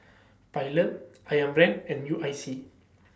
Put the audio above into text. Pilot Ayam Brand and U I C